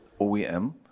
OEM